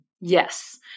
Yes